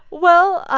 well, ah